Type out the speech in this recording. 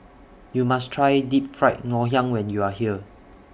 YOU must Try Deep Fried Ngoh Hiang when YOU Are here